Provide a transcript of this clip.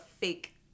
fake